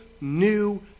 new